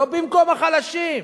לא במקום החלשים.